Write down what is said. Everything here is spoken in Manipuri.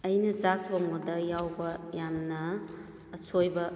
ꯑꯩꯅ ꯆꯥꯛꯊꯣꯡꯕꯗ ꯌꯥꯎꯕ ꯌꯥꯝꯅ ꯑꯁꯣꯏꯕ